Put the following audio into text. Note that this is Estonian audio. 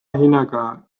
hinnaga